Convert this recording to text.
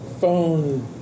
phone